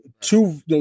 two